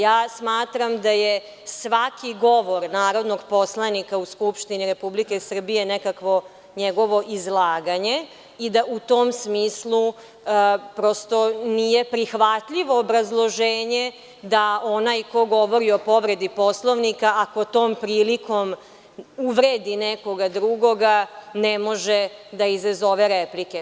Ja smatram da je svaki govor narodnog poslanika u Skupštini Republike Srbije nekakvo njegovo izlaganje i da u tom smislu prosto nije prihvatljivo obrazloženje da onaj ko govori o povredi Poslovnika ako tom prilikom uvredi nekoga drugoga ne može da izazove replike.